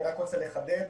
אני רק רוצה לחדד: